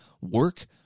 work